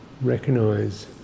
recognize